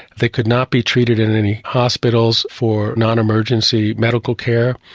they could not be treated in any hospitals for nonemergency medical care,